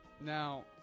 Now